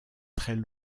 très